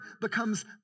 becomes